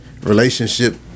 relationship